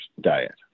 diet